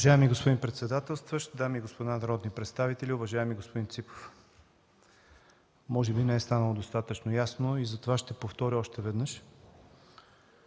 Уважаеми господин председател, дами и господа народни представители! Уважаеми господин Ципов, може би не е станало достатъчно ясно и затова ще повторя още веднъж,